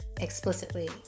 explicitly